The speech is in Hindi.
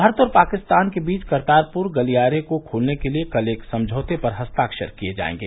भारत और पाकिस्तान के बीच करतारपुर गलियारे को खोलने के लिए कल एक समझौते पर हस्ताक्षर किये जायेंगे